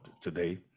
today